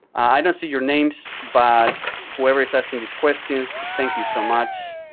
i don't see your names, but whoever is asking these questions, thank you so much.